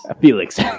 Felix